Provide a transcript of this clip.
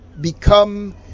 become